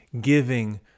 giving